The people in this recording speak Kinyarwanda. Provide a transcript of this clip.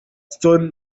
stone